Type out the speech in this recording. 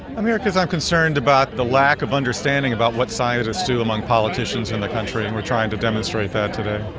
i'm here because i'm concerned about the lack of understanding about what scientists do among politicians in the country and we are trying to demonstrate demonstrate that today.